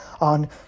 on